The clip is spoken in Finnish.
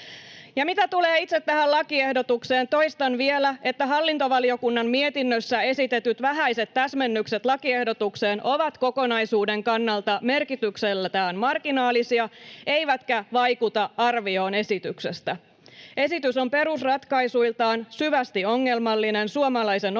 mitä tulee itse tähän lakiehdotukseen, toistan vielä, että hallintovaliokunnan mietinnössä esitetyt vähäiset täsmennykset lakiehdotukseen ovat kokonaisuuden kannalta merkitykseltään marginaalisia eivätkä vaikuta arvioon esityksestä. Esitys on perusratkaisuiltaan syvästi ongelmallinen suomalaisen oikeusvaltion